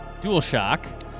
DualShock